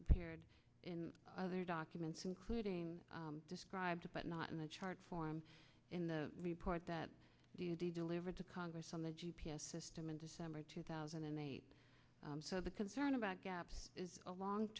appeared in other documents including described but not in the chart form in the report that do you delivered to congress on the g p s system in december two thousand and eight so the concern about gaps is a long